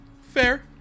fair